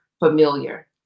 familiar